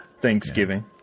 Thanksgiving